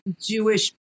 Jewish